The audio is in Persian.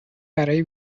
برای